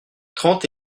trente